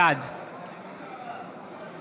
בעד